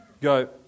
Go